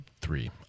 Three